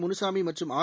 முனுசாமி மற்றும் ஆர்